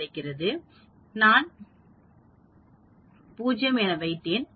கிடைக்கும் மற்றும் நான் 0 ஐ வைத்தேன்